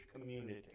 community